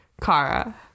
Kara